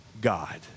God